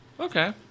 Okay